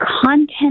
content